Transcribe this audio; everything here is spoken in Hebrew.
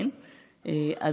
אז